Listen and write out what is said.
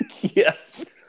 Yes